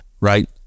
right